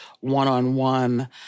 one-on-one